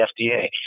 FDA